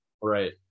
Right